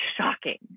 shocking